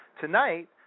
Tonight